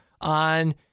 on